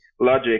logic